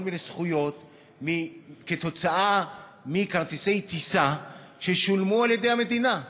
מיני זכויות כתוצאה מכרטיסי טיסה ששולמו על-ידי המדינה.